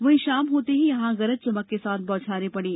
वहीं शाम होते ही यहां गरज चमक के साथ बौछारें पड़ी